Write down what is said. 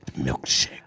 milkshake